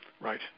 Right